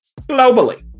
Globally